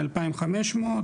2,500,